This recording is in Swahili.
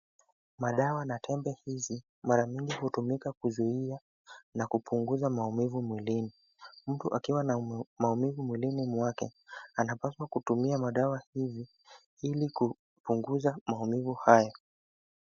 Madawa na tembe hizi mara nyingi hutumika kuzuia na kupunguza maumivu mwilini. Mtu akiwa na maumivu mwilini mwake anapaswa kutumia madawa hii ili kupunguza maumivu haya.